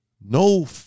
no